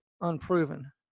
unproven